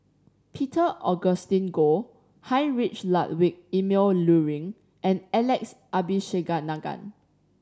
Peter Augustine Goh Heinrich Ludwig Emil Luering and Alex Abisheganaden